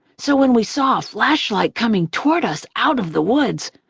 so when we saw a flashlight coming toward us out of the woods,